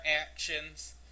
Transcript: actions